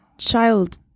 child